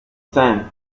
time